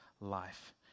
life